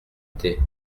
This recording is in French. thé